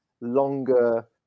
longer